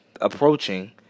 approaching